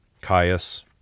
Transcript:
Caius